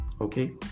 Okay